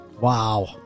Wow